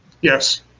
Yes